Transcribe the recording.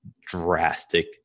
drastic